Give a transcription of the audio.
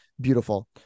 beautiful